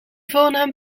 voornaam